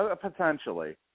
Potentially